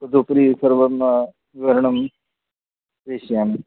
तदुपरि सर्वं विवरणम् प्रेषयामि